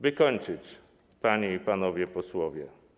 Wykończyć, panie i panowie posłowie.